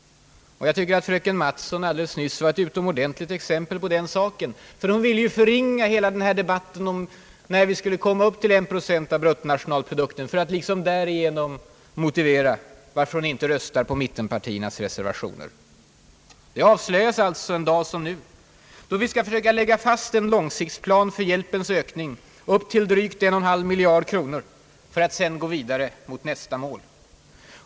Fröken Mattson alldeles nyss var ett utomordentligt exempel på den saken. Hon vill förringa hela den här debatten om när vi ska nå upp till en procent av bruttonationalprodukten för att därigenom motivera varför hon inte röstar på mittenpartiernas reservationer. Det avslöjas alltså en dag som denna, då vi skall försöka lägga fast en långsiktsplan för hjälpens ökning upp till drygt 1,5 miljard kronor för att sedan gå vidare mot nästa mål.